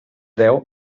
deu